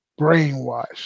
brainwashed